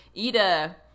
Ida